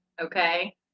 okay